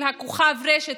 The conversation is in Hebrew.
של כוכב הרשת,